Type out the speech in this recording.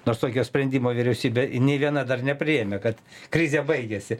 nors tokio sprendimo vyriausybė į nė viena dar nepriėmė kad krizė baigėsi